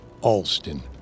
Alston